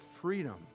freedom